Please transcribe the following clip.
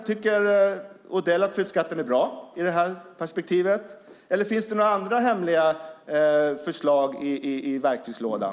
Tycker Odell att flyttskatten är bra i det här perspektivet? Eller finns det några andra, hemliga förslag i verktygslådan?